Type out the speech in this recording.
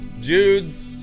Jude's